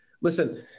listen